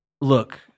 look